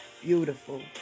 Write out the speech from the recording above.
Beautiful